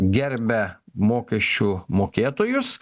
gerbia mokesčių mokėtojus